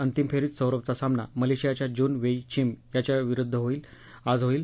अंतिम फेरीत सौरभचा सामना मलेशियाच्या जून वेई चिम याच्याविरुद्ध आज होईल